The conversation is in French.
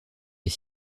est